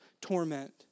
torment